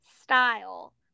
style